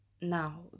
Now